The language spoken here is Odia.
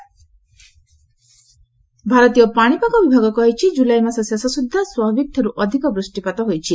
ଇଣ୍ଡିଆ ମନ୍ସୁନ୍ ଭାରତୀୟ ପାଣିପାଗ ବିଭାଗ କହିଛି ଜୁଲାଇ ମାସ ଶେଷ ସୁଦ୍ଧା ସ୍ୱାଭାବିକଠାରୁ ଅଧିକ ବୃଷ୍ଟିପାତ ହୋଇଛି